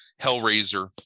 hellraiser